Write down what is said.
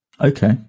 okay